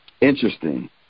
interesting